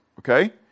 Okay